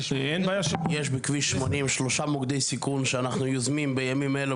--- יש בכביש 80 שלושה מוקדי סיכון שבימים אלו,